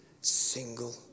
single